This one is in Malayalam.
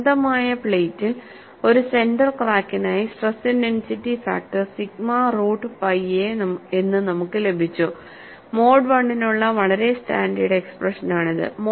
അനന്തമായ പ്ലേറ്റിൽ ഒരു സെന്റർ ക്രാക്കിനായി stress intensity factor sigma root pi a എന്ന് നമുക്ക് ലഭിച്ചു മോഡ് I നുള്ള വളരെ സ്റ്റാൻഡേർഡ് എക്സ്പ്രഷനാണിത്